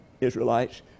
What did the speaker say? Israelites